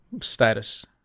status